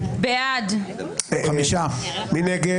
מי נגד?